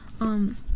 Um-